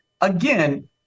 again